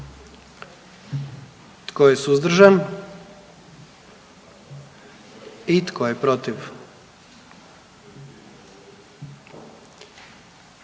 Tko je suzdržan? I tko je protiv?